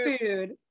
food